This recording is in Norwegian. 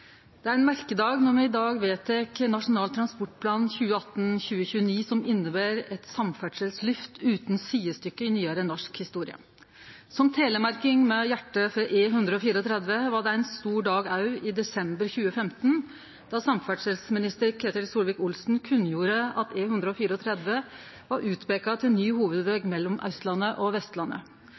Det er ein merkedag når me i dag vedtek Nasjonal transportplan for 2018–2029, som inneber eit samferdselslyft utan sidestykke i nyare norsk historie. For ein telemarking med hjarte for E134 var det ein stor dag òg i desember 2015, då samferdselsminister Ketil Solvik-Olsen kunngjorde at E134 var peika ut til ny hovudveg mellom Austlandet og Vestlandet.